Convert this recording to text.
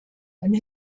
and